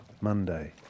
Monday